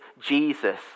Jesus